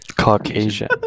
Caucasian